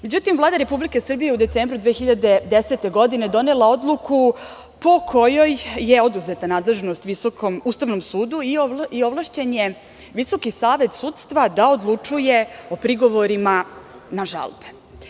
Međutim, Vlada Republike Srbije je u decembru 2010. godine donela odluku po kojoj je oduzeta nadležnost Ustavnom sudu i ovlašćen je Visoki savet sudstva da odlučuje o prigovorima na žalbe.